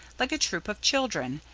like a troop of children,